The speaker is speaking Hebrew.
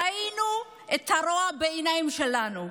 ראינו את הרוע בעיניים שלנו,